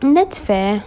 that's fair